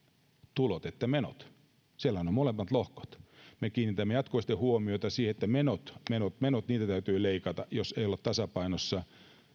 tulot että menot siellä on ne molemmat lohkot me kiinnitämme jatkuvasti huomiota siihen että menot menot menot niitä täytyy leikata jos ei olla tasapainossa